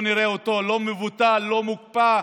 לא נראה אותו לא מבוטל ולא מוקפא.